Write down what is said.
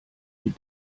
die